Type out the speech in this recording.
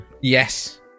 Yes